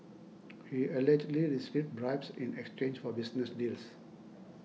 he allegedly received bribes in exchange for business deals